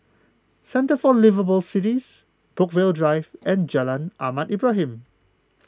Centre for Liveable Cities Brookvale Drive and Jalan Ahmad Ibrahim